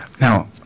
Now